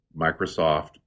Microsoft